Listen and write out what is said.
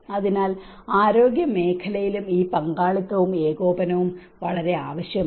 അതിനാൽ ആരോഗ്യമേഖലയിലും ഈ പങ്കാളിത്തവും ഏകോപനവും വളരെ ആവശ്യമാണ്